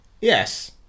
Yes